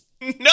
No